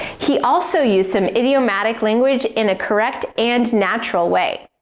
he also used some idiomatic language in a correct, and natural way.